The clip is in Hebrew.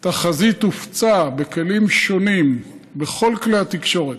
התחזית הופצה בכלים שונים, בכל כלי התקשורת,